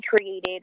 created